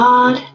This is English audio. God